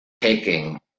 taking